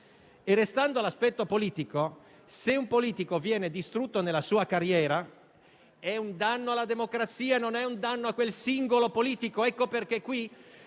Restando all'aspetto politico, se un politico viene distrutto nella sua carriera è un danno alla democrazia e non un danno a quel singolo politico.